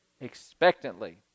expectantly